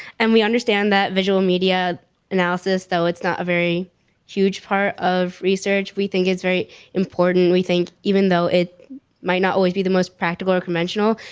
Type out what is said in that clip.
and we understand that visual media analysis though it's not a very huge part of research, we think it's very important we think even though it might not always be the most practical or conventional,